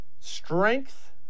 strength